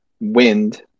wind